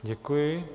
Děkuji.